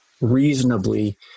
reasonably